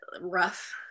rough